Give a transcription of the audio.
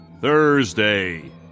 Thursday